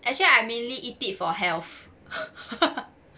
actually I mainly eat it for health